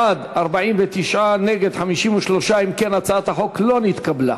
בעד, 49. נגד, 53. אם כן, הצעת החוק לא נתקבלה.